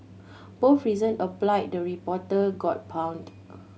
both reason apply the reporter got pawned